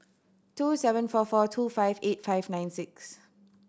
two seven four four two five eight five nine six